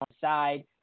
side